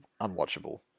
unwatchable